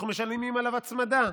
אנחנו משלמים עליו הצמדה.